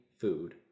food